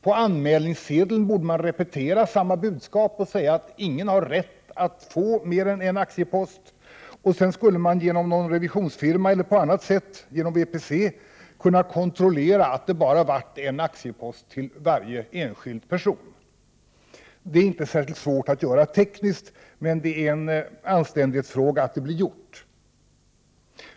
På anmälningssedeln borde man repetera samma budskap och skriva att ingen har rätt att få mer än en aktiepost. Sedan skulle man genom någon revisionsfirma eller på något annat sätt, genom Värdepapperscentralen, kunna kontrollera att varje enskild person fått bara en aktiepost. Detta är inte särskilt svårt att tekniskt göra, men det är en anständighetsfråga att det blir gjort.